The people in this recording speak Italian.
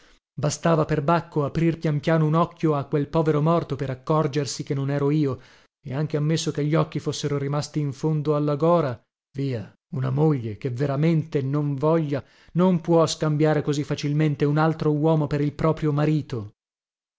bastava perbacco aprir pian piano un occhio a quel povero morto per accorgersi che non ero io e anche ammesso che gli occhi fossero rimasti in fondo alla gora via una moglie che veramente non voglia non può scambiare così facilmente un altro uomo per il proprio marito